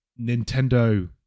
Nintendo